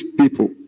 people